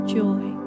joy